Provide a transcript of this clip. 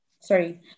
Sorry